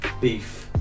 beef